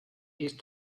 east